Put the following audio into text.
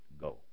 go